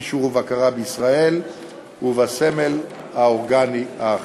אישור ובקרה בישראל ובסמל האורגני האחיד.